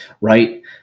Right